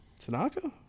Tanaka